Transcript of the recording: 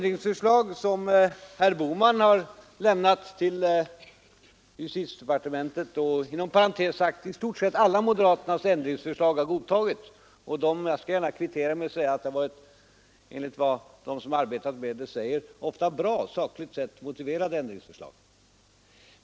Inom parentes sagt har i stort sett alla moderaternas ändringsförslag godtagits, och enligt vad de som arbetat med detta säger har det sakligt sett ofta varit bra ändringsförslag.